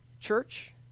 church